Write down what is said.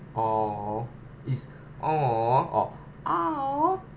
or is or or